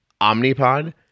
Omnipod